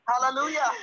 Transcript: Hallelujah